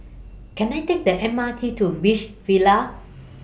Can I Take The M R T to Beach Villas